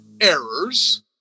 errors